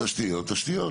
תשתיות, תשתיות, תשתיות.